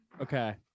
Okay